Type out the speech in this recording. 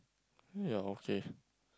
ya okay